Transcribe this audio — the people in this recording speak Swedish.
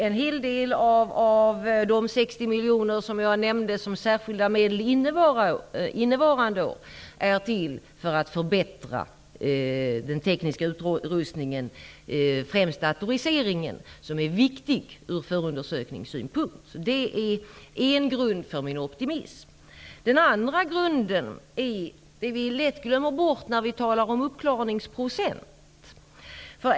En hel del av de 60 miljoner som anslagits som särskilda medel under innevarande år skall användas för att förbättra den tekniska utrustningen. Det gäller främst datorisering, som är viktig ur förundersökningssynpunkt. Det är en grund för min optimism. Den andra grunden är något vi lätt glömmer bort när vi talar om uppklaringsprocent.